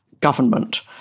government